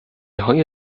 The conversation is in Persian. های